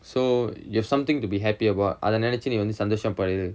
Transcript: so you have something to be happy about அத நினைச்சு நீ சந்தோஷ படு:atha ninaichu nee santhosha padu